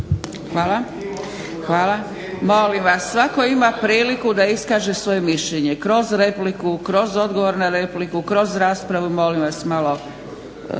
čuje./… Molim vas, svako ima priliku da iskaže svoje mišljenje kroz repliku, kroz odgovor na repliku, kroz raspravu i molim vas malo